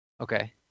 Okay